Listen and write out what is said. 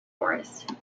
forest